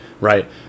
right